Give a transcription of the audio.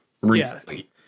recently